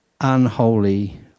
unholy